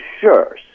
Sure